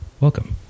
welcome